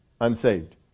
unsaved